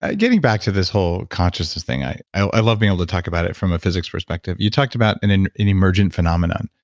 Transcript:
ah getting back to this whole consciousness thing, i i love being able to talk about it from a physics perspective. you talked about an an emerging phenomenon